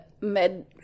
Med